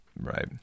right